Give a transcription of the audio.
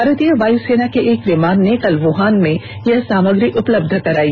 भारतीय वायुसेना के एक विमान ने कल वुहान में यह सामग्री उपलब्ध कराई